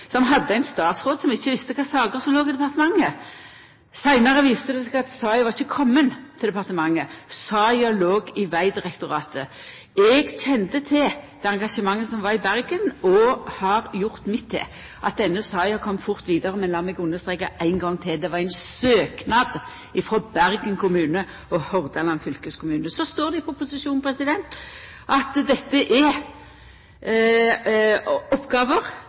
som hadde ein statsråd som ikkje visste kva saker som låg i departementet. Seinare viste det seg at saka ikkje var komen til departementet; saka låg i Vegdirektoratet. Eg kjende til det engasjementet som var i Bergen, og har gjort mitt til at denne saka kom fort vidare. Men lat meg understreka ein gong til: Det var ein søknad frå Bergen kommune og Hordaland fylkeskommune. Så står det i proposisjonen at dette er oppgåver